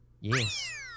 Yes